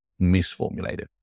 misformulated